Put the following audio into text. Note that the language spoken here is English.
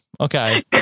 okay